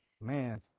man